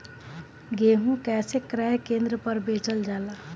गेहू कैसे क्रय केन्द्र पर बेचल जाला?